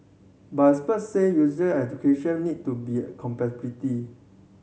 but expert said user education need to be